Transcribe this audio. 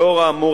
לאור האמור,